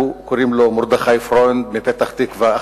קוראים לו מרדכי פרוינד מפתח-תקווה,